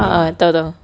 a'ah [tau] [tau]